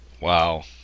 Wow